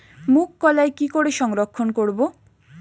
মুঘ কলাই কি করে সংরক্ষণ করব?